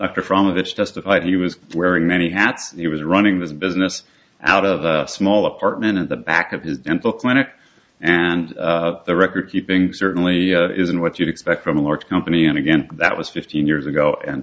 it's justified he was wearing many hats he was running this business out of a small apartment in the back of his dental clinic and the record keeping certainly isn't what you'd expect from a large company and again that was fifteen years ago